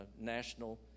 national